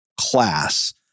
class